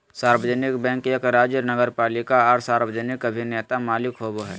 सार्वजनिक बैंक एक राज्य नगरपालिका आर सार्वजनिक अभिनेता मालिक होबो हइ